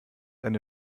eine